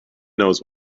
knows